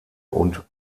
und